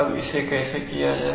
अब इसे कैसे किया जाए